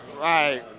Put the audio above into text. right